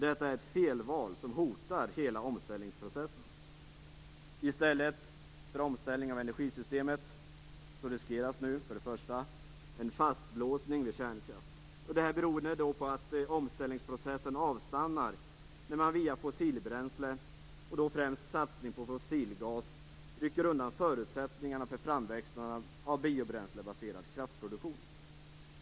Detta är ett felval som hotar hela omställningsprocesen. I stället för omställning av energisystemet riskeras nu för det första en fastlåsning vid kärnkraft beroende på att omställningsprocessen avstannar när man via fossilbränsle, och då främst genom en satsning på fossilgas, rycker undan förutsättningarna för framväxten av biobränslebaserad kraftproduktion.